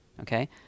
Okay